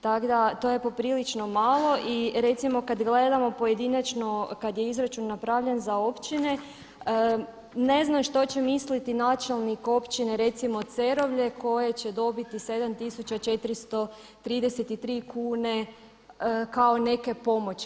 Tako da to je poprilično malo i recimo kada gledamo pojedinačno kada je izračun napravljen za općine ne znaju što će misliti načelnik općine recimo Cerovlje koje će dobiti 7.433 kune kao neke pomoći.